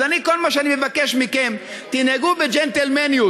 אז כל מה שאני מבקש מכם: תנהגו בג'נטלמניות.